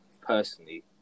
personally